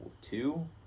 two